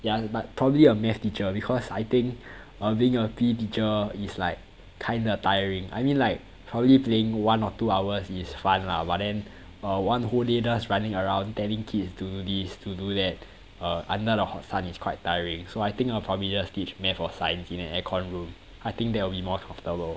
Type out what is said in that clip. ya but probably a math teacher because I think err being a P_E teacher is like kinda tiring I mean like probably playing one or two hours is fine lah but then one whole day running around telling kids do this to do that uh under the hot sun is quite tiring so I think I'll probably just teach math or science in an air con room I think that will be more comfortable